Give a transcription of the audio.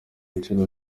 nshuro